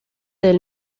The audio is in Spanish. del